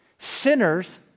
Sinners